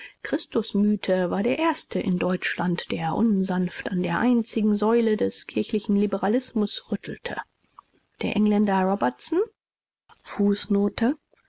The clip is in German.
christusmythe war der erste in deutschland der unsanft an der einzigen säule des kirchlichen liberalismus rüttelte der engländer robertson